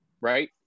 right